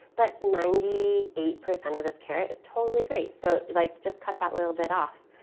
but ninety eight percent of this carrot is totally great. so like just cut that little bit off